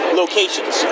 locations